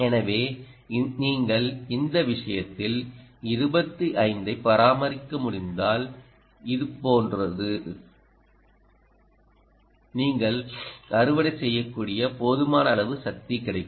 எனவே நீங்கள் இந்த விஷயத்தில் 25 பராமரிக்க முடிந்தால் இபோன்றது நீங்கள் அறுவடை செய்யக்கூடிய போதுமான அளவு சக்தி கிடைக்கும்